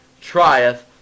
trieth